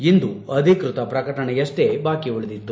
ಇಂದು ಅಧಿಕೃತ ಪ್ರಕಟಣೆಯಷ್ಲೇ ಬಾಕಿ ಉಳಿದಿತ್ತು